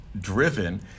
driven